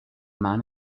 man